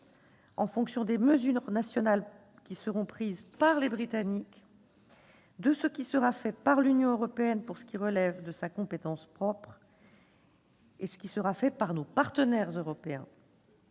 négociation, des mesures nationales qui seront prises par les Britanniques et de ce qui sera fait par l'Union européenne pour ce qui relève de sa compétence propre, ainsi que par nos partenaires européens.